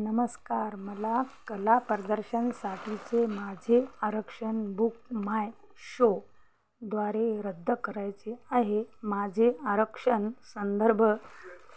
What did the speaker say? नमस्कार मला कला प्रदर्शनसाठीचे माझे आरक्षण बुक माय शोद्वारे रद्द करायचे आहे माझे आरक्षण संदर्भ